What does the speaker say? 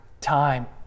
time